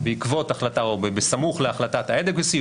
בעקבות החלטה או בסמוך להחלטת ה- adequacy,